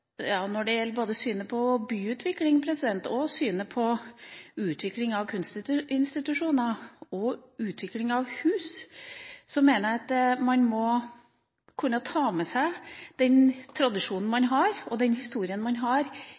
Når det gjelder både synet på byutvikling, på utvikling av kunstinstitusjoner og på utvikling av hus, mener jeg at man må kunne ta med seg den